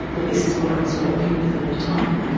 but this is what i was working with at the time.